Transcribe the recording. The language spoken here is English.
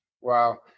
Wow